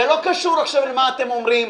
זה לא קשור למה שאתם אומרים.